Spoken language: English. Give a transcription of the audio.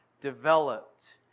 developed